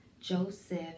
Joseph